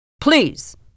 Please